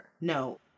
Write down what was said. No